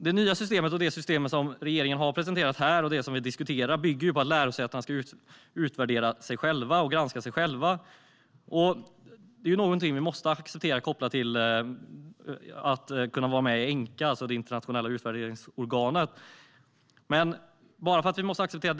Det nya systemet som regeringen har presenterat och som vi diskuterar bygger på att lärosätena ska utvärdera och granska sig själva. Det är något vi måste acceptera eftersom det krävs av det internationella utvärderingsorganet ENQA.